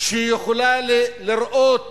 שיכולה לראות